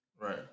Right